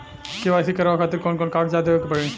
KYC करवावे खातिर कौन कौन कागजात देवे के पड़ी?